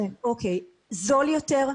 זול יותר,